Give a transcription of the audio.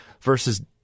versus